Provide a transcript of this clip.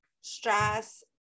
stress